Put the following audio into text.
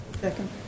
Second